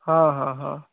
ହଁ ହଁ ହଁ